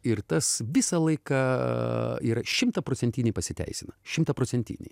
ir tas visą laiką yra šimtaprocentiniai pasiteisina šimtaprocentiniai